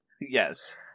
Yes